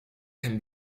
can